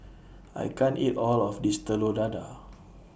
I can't eat All of This Telur Dadah